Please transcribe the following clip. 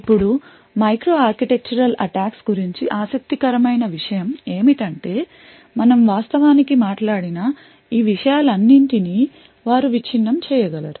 ఇప్పుడు micro architectural attacks గురించి ఆసక్తికరమైన విషయం ఏమిటంటే మనం వాస్తవానికి మాట్లాడిన ఈ విషయాలన్నింటినీ వారు విచ్ఛిన్నం చేయగలరు